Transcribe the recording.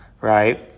right